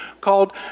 called